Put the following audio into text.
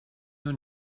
your